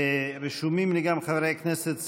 רשומים לי גם חברי הכנסת סובה,